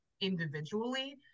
individually